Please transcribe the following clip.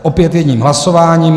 Opět jedním hlasováním.